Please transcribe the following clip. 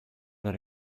that